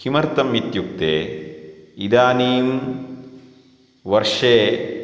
किमर्थम् इत्युक्ते इदानीं वर्षे